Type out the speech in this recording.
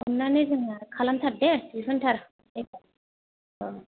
अननानै जोंहा खालामथार दे दिहुनथार औ